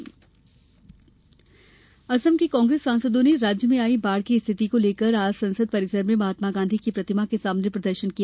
असम बाढ़ असम के कांग्रेस सांसदों ने राज्य में आई बाढ़ की रिथति को लेकर आज संसद परिसर में महात्मा गांधी की प्रतिमा के सामने प्रदर्शन किया